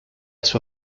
sua